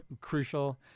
crucial